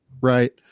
Right